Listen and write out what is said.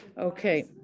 okay